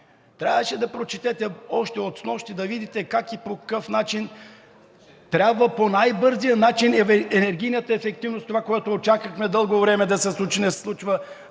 трябваше да прочетете още от снощи, за да видите как и по какъв начин трябва по най-бързия начин енергийната ефективност – това, което дълго време чакахме да се случи, не се случва,